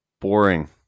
boring